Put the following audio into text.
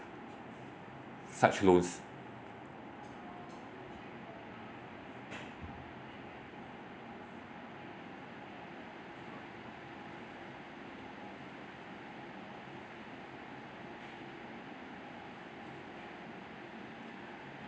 such loans